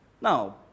Now